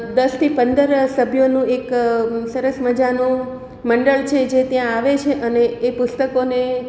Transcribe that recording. દસથી પંદર સભ્યોનું એક સરસ મજાનું મંડળ છે જે ત્યાં આવે છે અને એ પુસ્તકોને